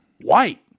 white